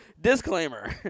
Disclaimer